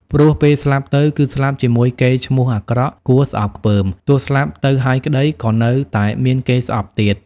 ព្រោះពេលស្លាប់ទៅ គឺស្លាប់ជាមួយកេរ្តិ៍ឈ្មោះអាក្រក់គួរស្អប់ខ្ពើម ទោះស្លាប់ទៅហើយក្តី ក៏នៅតែមានគេស្អប់ទៀត ។